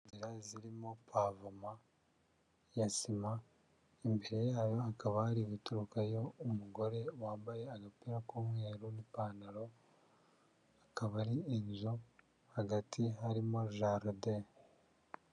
Inzira zirimo povoma ya sima, imbere yayo hakaba hari guturukayo umugore wambaye agapira k'umweru n'ipantaro, akaba ari inzu hagati harimo jaride.